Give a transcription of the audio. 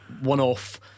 one-off